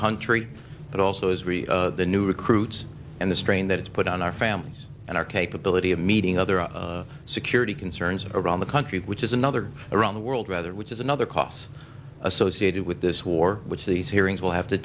country but also as the new recruits and the strain that is put on our families and our capability of meeting other security concerns around the country which is another the world rather which is another costs associated with this war which these hearings will have to